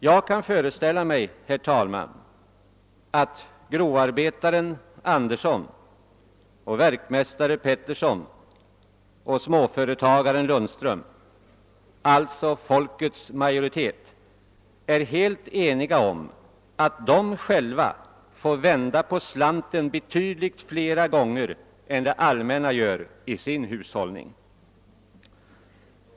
Jag kan föreställa mig, att grovarbetaren Andersson, verkmästaren Pettersson och småföretagaren Lundström — alltså folkets majoritet — är helt eniga om att de själva får vända på slanten betydligt fler gånger än det allmänna gör i sin hushållning.